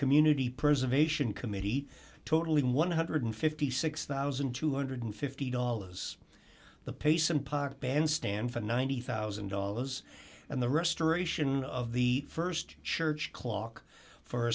community person of ation committee totally one hundred and fifty six thousand two hundred and fifty dollars the pay some pot band stand for ninety thousand dollars and the restoration of the st church clock for